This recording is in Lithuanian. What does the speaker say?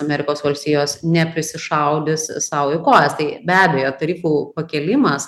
amerikos valstijos neprisišaudys sau į kojas tai be abejo tarifų pakėlimas